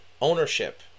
ownership